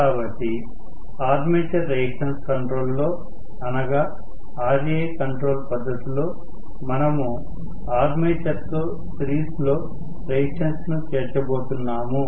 కాబట్టి armature resistance control లో అనగా Ra కంట్రోల్ పద్ధతి లో మనము ఆర్మేచర్ తో సిరీస్ లో రెసిస్టెన్స్ ను చేర్చబోతున్నాము